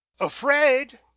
afraid